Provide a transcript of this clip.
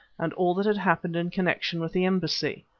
and all that had happened in connection with the embassy.